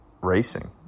racing